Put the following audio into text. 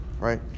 right